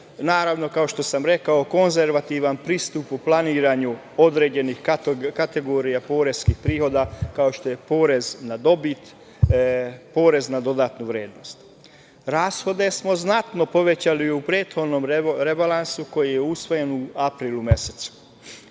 Naravno, kao što sam rekao konzervativan pristup u planiranju određenih kategorija poreskih prihoda, kao što je porez na dobit, PDV.Rashode smo znatno povećali u prethodnom rebalansu koji je usvojen u aprilu mesecu.